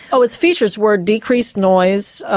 oh its features were decreased noise,